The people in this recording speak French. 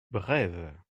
brève